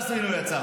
הינה הוא יצא,